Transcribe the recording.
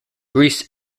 greece